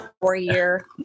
four-year